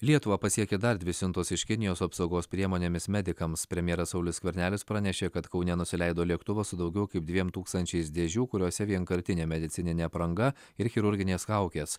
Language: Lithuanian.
lietuvą pasiekė dar dvi siuntos iš kinijos apsaugos priemonėmis medikams premjeras saulius skvernelis pranešė kad kaune nusileido lėktuvas su daugiau kaip dviem tūkstančiais dėžių kuriose vienkartinė medicininė apranga ir chirurginės kaukės